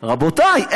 רבותיי,